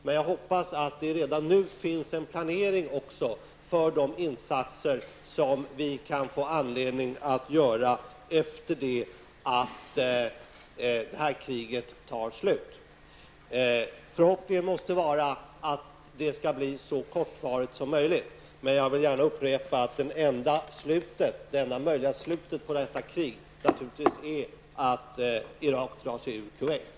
Men jag hoppas att det redan nu finns en planering också för de insatser som vi kan få anledning att göra efter det att det här kriget tar slut. Förhoppningen måste vara att det skall bli så kortvarigt som möjligt. Men jag vill upprepa att det enda möjliga slutet på detta krig naturligtvis är att Irak drar sig ur Kuwait.